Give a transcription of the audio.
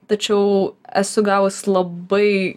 tačiau esu gavus labai